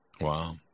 wow